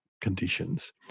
conditions